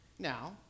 now